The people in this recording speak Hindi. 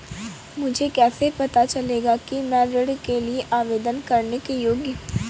मुझे कैसे पता चलेगा कि मैं ऋण के लिए आवेदन करने के योग्य हूँ?